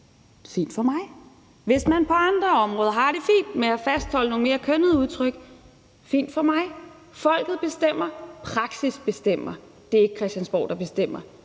fint for mig, og hvis man på andre områder har det fint med at fastholde nogle mere kønnede udtryk, så er det også fint for mig. Folket bestemmer, praksis bestemmer, og det er ikke Christiansborg, der bestemmer,